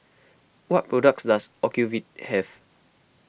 what products does Ocuvite have